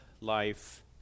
life